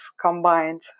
combined